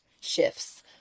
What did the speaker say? shifts